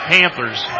Panthers